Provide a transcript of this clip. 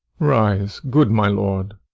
rise, good my lord.